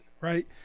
right